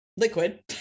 Liquid